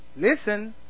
listen